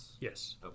yes